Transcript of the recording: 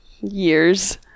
years